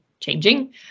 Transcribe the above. changing